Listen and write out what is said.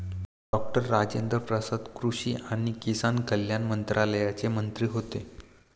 doctor Rajendra Prasad कृषी आणि किसान कल्याण मंत्रालयाचे मंत्री होते